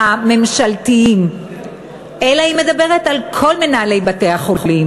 הממשלתיים אלא היא מדברת על כל מנהלי בתי-החולים,